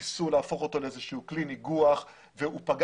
ניסו להפוך אותו לאיזשהו כלי ניגוח והוא פגע